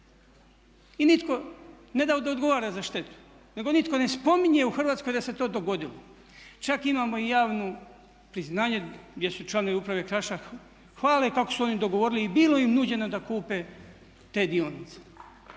I nitko ne da ne odgovara za štetu nego nitko ne spominje u Hrvatskoj da se to dogodilo. Čak imamo i javno priznanje gdje se članovi uprave Kraša hvale kako su oni dogovorili i bilo im nuđeno da kupe te dionice.